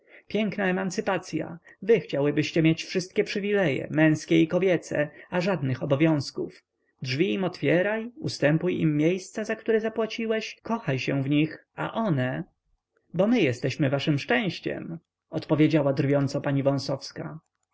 piękna emancypacya wy chciałybyście mieć wszystkie przywileje męskie i kobiece a żadnych obowiązków drzwi im otwieraj ustępuj im miejsca za które zapłaciłeś kochaj się w nich a one bo my jesteśmy waszem szczęściem odpowiedziała drwiąco pani